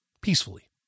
peacefully